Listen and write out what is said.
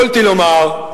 יכולתי לומר,